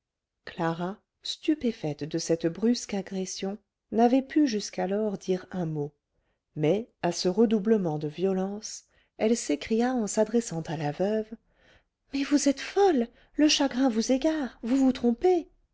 clara stupéfaite de cette brusque agression n'avait pu jusqu'alors dire un mot mais à ce redoublement de violence elle s'écria en s'adressant à la veuve mais vous êtes folle le chagrin vous égare vous vous trompez